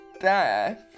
death